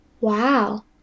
Wow